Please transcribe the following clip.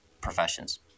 professions